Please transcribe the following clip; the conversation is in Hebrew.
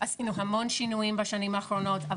עשינו המון שינויים בשנים האחרונות,